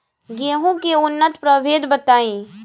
गेंहू के उन्नत प्रभेद बताई?